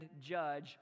judge